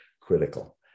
critical